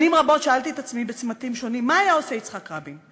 שנים רבות שאלתי את עצמי בצמתים שונים מה היה עושה יצחק רבין.